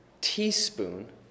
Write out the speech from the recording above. teaspoon